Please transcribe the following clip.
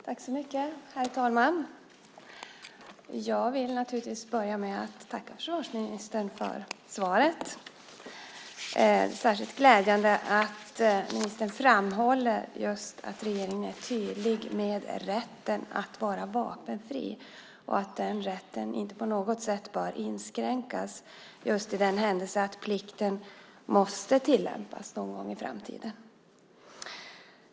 Herr talman! Jag vill naturligtvis börja med att tacka försvarsministern för svaret. Det är särskilt glädjande att ministern framhåller att regeringen är tydlig med rätten att vara vapenfri och att den rätten inte på något sätt bör inskränkas i den händelse att plikten måste tillämpas någon gång i framtiden.